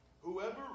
Whoever